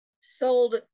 sold